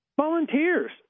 Volunteers